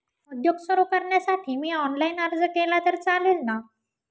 उद्योग सुरु करण्यासाठी मी ऑनलाईन अर्ज केला तर चालेल ना?